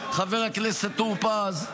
חבר הכנסת טור פז,